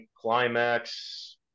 Climax